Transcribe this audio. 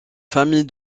famille